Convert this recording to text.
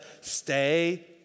stay